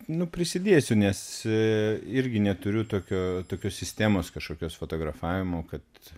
nu prisidėsiu nes irgi neturiu tokio tokios sistemos kažkokios fotografavimo kad